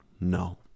no